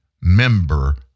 member